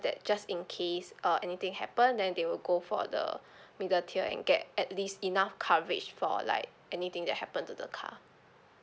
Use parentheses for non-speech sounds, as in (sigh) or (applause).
that just in case uh anything happen then they will go for the (breath) middle tier and get at least enough coverage for like anything that happen to the car